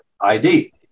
ID